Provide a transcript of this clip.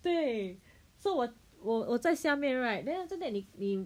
对 so 我我我在下面 right then after that 你你